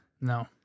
No